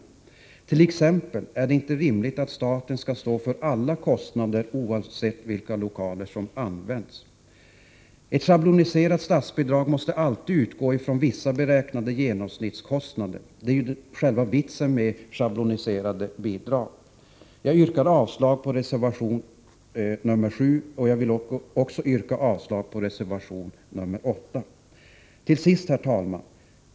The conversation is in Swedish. Det är t.ex. inte rimligt att staten skall stå för alla kostnader, oavsett vilka lokaler som används. Ett schabloniserat statsbidrag måste alltid baseras på vissa beräknade genomsnittskostnader. Det är ju ”vitsen” med schabloniserade bidrag. Jag yrkar avslag på reservation nr 7, liksom även på reservation nr 8. Herr talman!